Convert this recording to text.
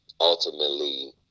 ultimately